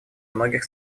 многих